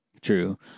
True